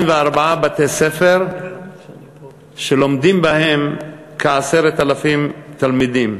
בתי-ספר שלומדים בהם כ-10,000 תלמידים.